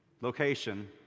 location